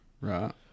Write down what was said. Right